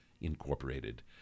incorporated